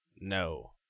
No